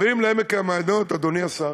אומרים לעמק המעיינות, אדוני השר,